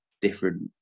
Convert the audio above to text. different